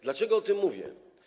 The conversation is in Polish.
Dlaczego o tym mówię?